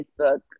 facebook